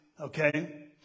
Okay